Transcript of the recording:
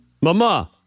Mama